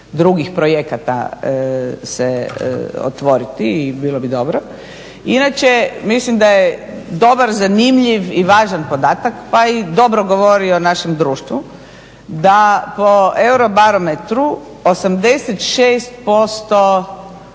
drugih projekata se otvoriti i bilo bi dobro jer će, mislim da je dobar, zanimljiv i važan podatak pa i dobro govori o našem društvu da po eurobarometru 86%